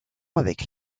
avec